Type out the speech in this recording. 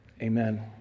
Amen